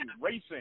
racing